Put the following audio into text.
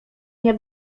nie